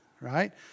Right